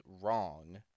wrong